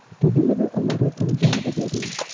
to deliver a letter from jahnava-devi.